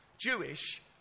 Jewish